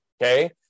Okay